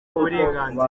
uburenganzira